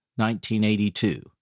1982